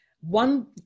One